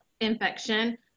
infection